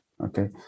okay